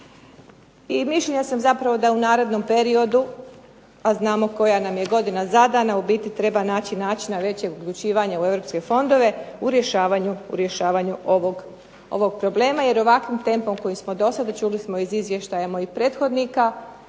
I mišljenja sam zapravo da u narednom periodu a znamo koja nam je godina zadana u biti treba naći načina u veće uključivanje u europske fondove u rješavanju ovog problema. Jer ovakvim tempom koji smo do sada a čuli smo i iz izvještaja mojih prethodnika,